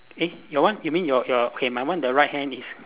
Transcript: eh your one you mean your your K my one the right hand is